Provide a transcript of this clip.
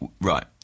Right